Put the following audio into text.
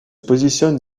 positionne